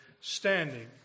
standing